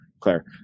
Claire